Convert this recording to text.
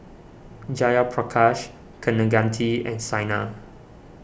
Jayaprakash Kaneganti and Saina